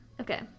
Okay